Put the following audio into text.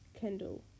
Kendall